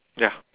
ya